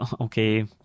okay